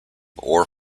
ore